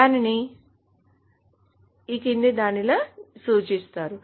దీనిని దీని ద్వారా సూచిస్తారు